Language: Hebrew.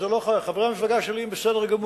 זה לא, חברי המפלגה שלי הם בסדר גמור.